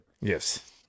Yes